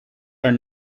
are